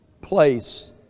place